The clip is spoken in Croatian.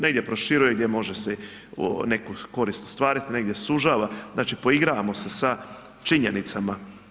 Negdje proširuje gdje može si neku korist ostvariti, negdje sužava, znači poigravamo se sa činjenicama.